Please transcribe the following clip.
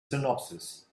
synopsis